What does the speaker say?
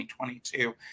2022